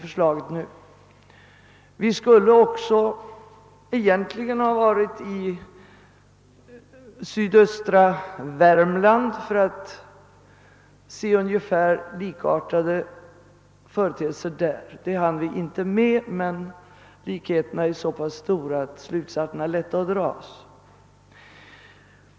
Egentligen skulle vi också ha varit i sydöstra Värmland för att se på ungefär likartade företeelser, men det hann vi inte med. Likheterna är emellertid så pass stora att slutsatserna är lätta att dra.